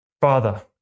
Father